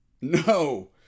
No